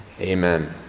Amen